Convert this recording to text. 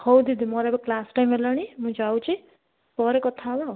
ହଉ ଦିଦି ମୋର ଏବେ କ୍ଳାସ୍ ଟାଇମ୍ ହେଲାଣି ମୁଁ ଯାଉଛି ପରେ କଥା ହବା ଆଉ